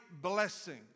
blessing